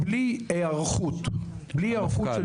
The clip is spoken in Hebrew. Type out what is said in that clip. בלי היערכות של